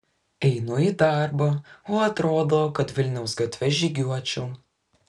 einu į darbą o atrodo kad vilniaus gatve žygiuočiau